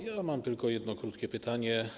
Ja mam tylko jedno krótkie pytanie.